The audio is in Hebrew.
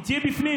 היא תהיה בפנים.